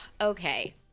okay